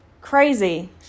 crazy